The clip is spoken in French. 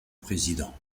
président